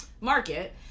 market